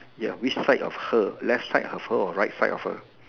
ya which side of her left side of her or right side of her